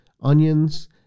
onions